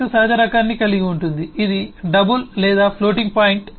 6 సహజంగా రకాన్ని కలిగి ఉంటుంది ఇది డబుల్ లేదా ఫ్లోటింగ్ పాయింట్